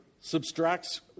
subtracts